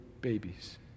babies